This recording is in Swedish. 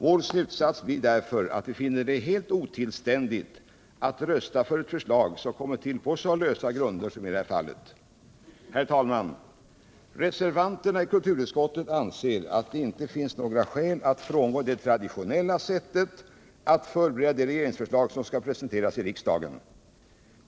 Vår slutsats blir därför att vi finner det helt otillständigt att rösta för ett förslag som kommit till på så lösa grunder som i detta fall. Herr talman! Reservanterna i kulturutskottet anser att det inte finns några skäl att frångå det traditionella sättet att förbereda de regeringsförslag som skall presenteras riksdagen.